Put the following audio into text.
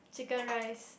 Chicken Rice